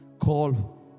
Call